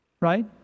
Right